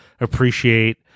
appreciate